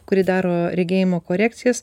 kuri daro regėjimo korekcijas